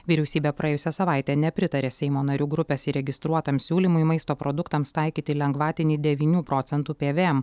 vyriausybė praėjusią savaitę nepritarė seimo narių grupės įregistruotam siūlymui maisto produktams taikyti lengvatinį devynių procentų pvm